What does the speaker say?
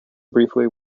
briefly